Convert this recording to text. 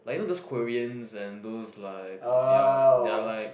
like you know those Koreans and those like ya they are like